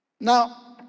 now